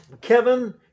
Kevin